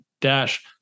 dash